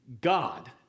God